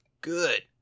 good